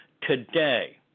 today